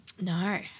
No